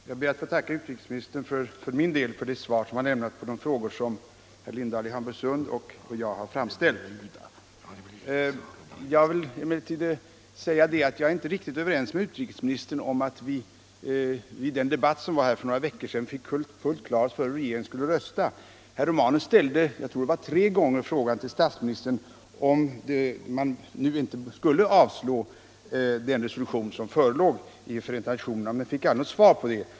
Herr talman! Jag ber för min del att få tacka utrikesministern för svaret på de frågor som herr Lindahl i Hamburgsund och jag har framställt. Jag är emellertid inte riktigt överens med utrikesministern om att vi vid den debatt som vi hade för några veckor sedan fick fullt klart för oss hur regeringen skulle rösta. Herr Romanus ställde — jag tror det var tre gånger — frågan till statsministern om man nu inte skulle rösta för avslag på den resolution som förelåg i FN, men han fick aldrig något svar på det.